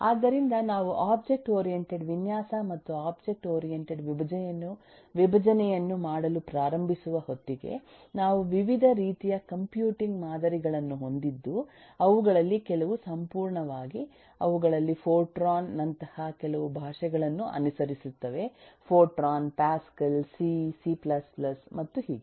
ಆದ್ದರಿಂದ ನಾವು object oriented ವಿನ್ಯಾಸ ಮತ್ತು ಒಬ್ಜೆಕ್ಟ್ ಓರಿಯಂಟೆಡ್ ವಿಭಜನೆಯನ್ನು ಮಾಡಲು ಪ್ರಾರಂಭಿಸುವ ಹೊತ್ತಿಗೆ ನಾವು ವಿವಿಧ ರೀತಿಯ ಕಂಪ್ಯೂಟಿಂಗ್ ಮಾದರಿಗಳನ್ನು ಹೊಂದಿದ್ದು ಅವುಗಳಲ್ಲಿ ಕೆಲವು ಸಂಪೂರ್ಣವಾಗಿ 1850 ಅವುಗಳಲ್ಲಿ ಫೋರ್ಟ್ರಾನ್ ನಂತಹ ಕೆಲವು ಭಾಷೆಗಳನ್ನು ಅನುಸರಿಸುತ್ತವೆ Fortran Pascal C C C ಮತ್ತು ಹೀಗೆ